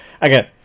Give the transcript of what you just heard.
Again